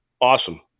awesome